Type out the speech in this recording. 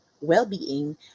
well-being